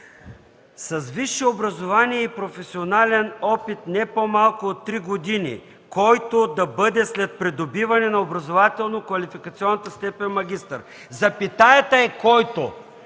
„с висше образование и професионален опит не по-малко от 3 години, който да бъде след придобиване на образователно-квалификационната степен „магистър”. Запетаята замества